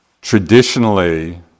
Traditionally